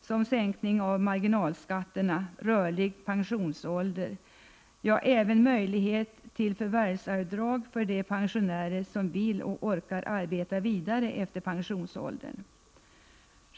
exempelvis sänkning av marginalskatterna, rörlig pensionsålder och även möjlighet till förvärvsavdrag för de pensionärer som vill och orkar arbeta vidare efter pensionsåldern.